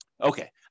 Okay